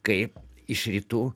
kaip iš rytų